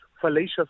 fallacious